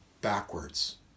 backwards